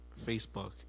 Facebook